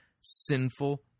sinful